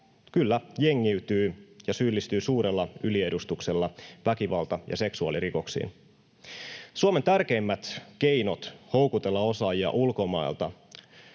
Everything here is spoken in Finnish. kyllä, jengiytyy ja syyllistyy suurella yliedustuksella väkivalta- ja seksuaalirikoksiin. Suomen tärkeimmät keinot houkutella osaajia ulkomailta